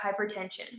hypertension